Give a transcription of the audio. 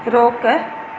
रोक